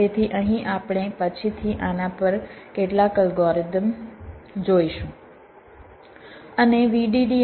તેથી અહીં આપણે પછીથી આના પર કેટલાક અલ્ગોરિધમ જોઈશું